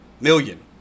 million